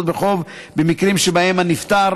הנושאות בחוב במקרים שבהם הנפטר